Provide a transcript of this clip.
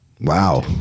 Wow